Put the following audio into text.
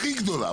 הכי גדולה,